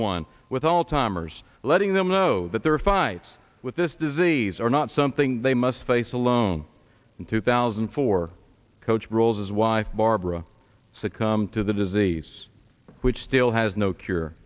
one with all timers letting them know that there are five with this disease are not something they must face alone in two thousand and four coach roles as wife barbara succumbed to the disease which still has no cure